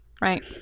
Right